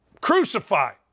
crucified